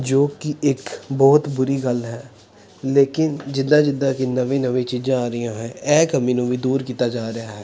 ਜੋ ਕਿ ਇੱਕ ਬਹੁਤ ਬੁਰੀ ਗੱਲ ਹੈ ਲੇਕਿਨ ਜਿੱਦਾਂ ਜਿੱਦਾਂ ਕਿ ਨਵੀਆਂ ਨਵੀਆਂ ਚੀਜ਼ਾਂ ਆ ਰਹੀਆਂ ਹੈ ਇਹ ਕਮੀ ਨੂੰ ਵੀ ਦੂਰ ਕੀਤਾ ਜਾ ਰਿਹਾ ਹੈ